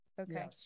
Okay